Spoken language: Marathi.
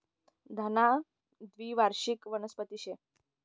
धना द्वीवार्षिक वनस्पती शे